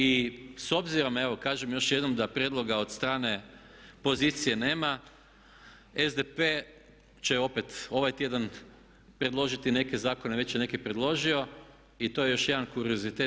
I s obzirom evo kažem još jednom da prijedloga od strane pozicije nema SDP će opet ovaj tjedan predložiti neke zakone, već je neke predložio, i to je još jedan kuriozitet.